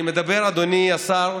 אני מדבר, אדוני השר,